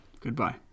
Goodbye